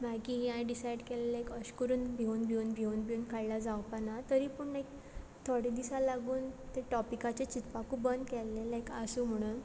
मागी हांव डिसायड केल्लें अश करून भिवून भिवून भिवून भिवून काडला जावपा ना तरी पूण एक थोडे दिसा लागून तें टॉपिकाचें चिंतपाकू बन केल्लें लायक आसूं म्हुणून